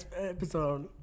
episode